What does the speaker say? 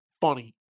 funny